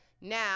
Now